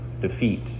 defeat